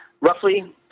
roughly